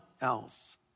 else